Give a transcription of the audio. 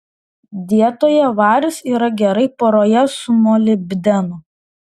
dietoje varis yra gerai poroje su molibdenu